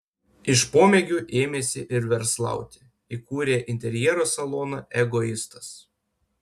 iš pomėgių ėmėsi ir verslauti įkūrė interjero saloną egoistas